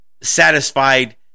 satisfied